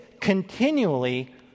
continually